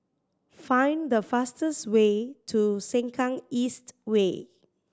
find the fastest way to Sengkang East Way